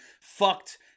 fucked